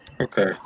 okay